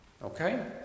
Okay